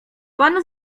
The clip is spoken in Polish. pan